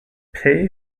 pei